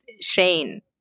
Shane